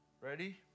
Ready